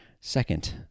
second